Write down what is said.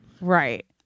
Right